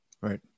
right